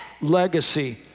legacy